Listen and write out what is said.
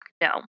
No